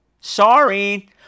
Sorry